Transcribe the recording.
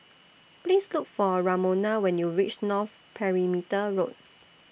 Please Look For Ramona when YOU REACH North Perimeter Road